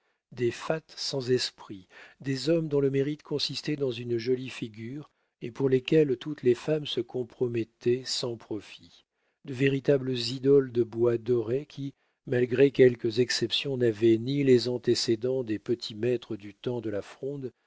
des fats sans esprit des hommes dont le mérite consistait dans une jolie figure et pour lesquels toutes les femmes se compromettaient sans profit de véritables idoles de bois doré qui malgré quelques exceptions n'avaient ni les antécédents des petits-maîtres du temps de la fronde